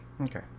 Okay